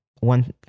one